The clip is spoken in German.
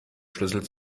schlüssel